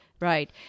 Right